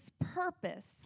purpose